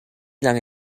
lange